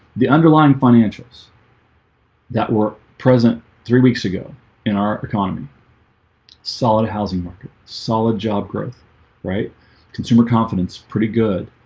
the underlying financials that were present three weeks ago in our economy solid housing market solid job growth right consumer confidence pretty good